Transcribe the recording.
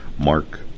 Mark